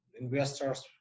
investors